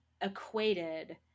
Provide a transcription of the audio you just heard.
equated